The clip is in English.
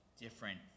different